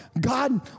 God